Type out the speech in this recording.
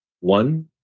One